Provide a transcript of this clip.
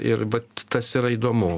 ir vat tas yra įdomu